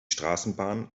straßenbahn